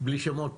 בלי שמות,